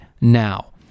now